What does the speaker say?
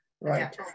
right